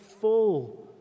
full